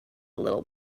little